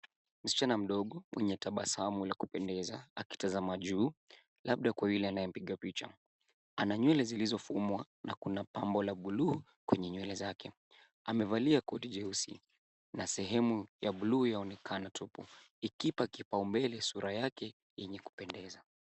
Msichana mdogo mwenye tabasamu la kupendeza akitazama juu labda kwa yule anayempiga picha. Ana nywele zilizofumwa na kuna pambo la buluu kwenye nywele zake. Amevalia koti jeusi na sehemu ya buluu yaonekana tupu, ikipa kipaumbele sura yake yenye kupendeza.